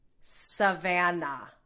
Savannah